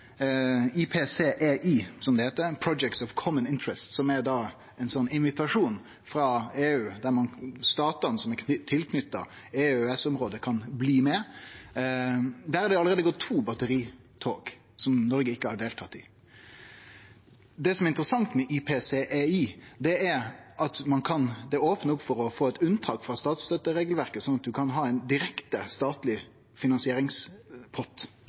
of Common Interest, PCI, er ein invitasjon frå EU der statane i EU og EØS-området kan bli med, og der er det allereie gått to «batteritog» som Noreg ikkje har deltatt i. Det som er interessant med PCI, er at det opnar opp for å få eit unntak frå statsstøtteregleverket slik at ein kan ha ein direkte statleg finansieringspott.